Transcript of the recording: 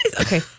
Okay